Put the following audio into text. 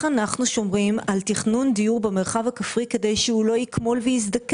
אנחנו שומרים על תכנון דיור במרחב הכפרי כדי שהוא לא יזדקן,